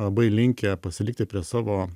labai linkę pasilikti prie savo